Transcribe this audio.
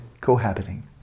cohabiting